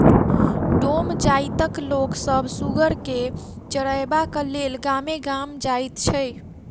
डोम जाइतक लोक सभ सुगर के चरयबाक लेल गामे गाम जाइत छै